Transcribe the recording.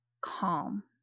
calm